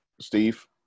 Steve